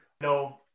No